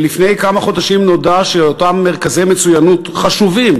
לפני כמה חודשים נודע שאותם מרכזי מצוינות חשובים,